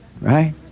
right